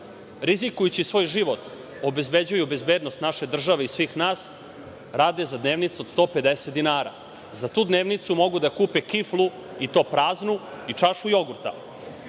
rizikujući svoj život obezbeđuju bezbednost naše države i svih nas rade za dnevnicu od 150 dinara. Za tu dnevnicu mogu da kupe kiflu i to praznu i čašu jogurta. Dve